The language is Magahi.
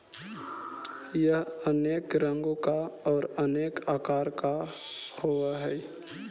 यह अनेक रंगों का और अनेक आकार का होव हई